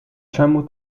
czemu